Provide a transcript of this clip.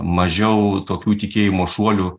mažiau tokių tikėjimo šuolių